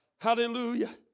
Hallelujah